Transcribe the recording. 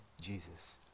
Jesus